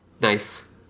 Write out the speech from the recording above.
Nice